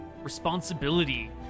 Responsibility